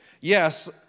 Yes